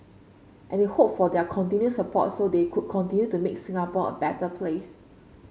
and he hoped for their continued support so they could continue to make Singapore a better place